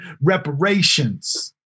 reparations